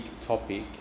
topic